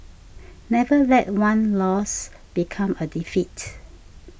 never let one loss become a defeat